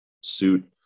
suit